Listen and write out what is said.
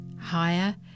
higher